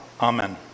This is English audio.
Amen